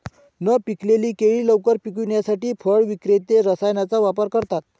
न पिकलेली केळी लवकर पिकवण्यासाठी फळ विक्रेते रसायनांचा वापर करतात